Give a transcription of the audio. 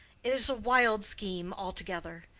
it is a wild scheme altogether.